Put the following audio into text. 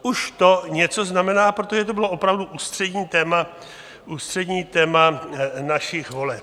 Už to něco znamená, protože to bylo opravdu ústřední téma, ústřední téma našich voleb.